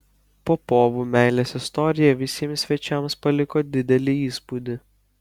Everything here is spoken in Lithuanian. popovų meilės istorija visiems svečiams paliko didelį įspūdį